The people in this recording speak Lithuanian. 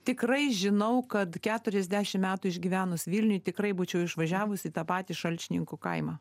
tikrai žinau kad keturiasdešim metų išgyvenus vilniuj tikrai būčiau išvažiavusi į tą patį šalčininkų kaimą